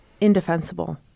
indefensible